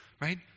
right